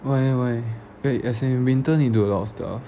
why why wait as in winter need do a lot of stuff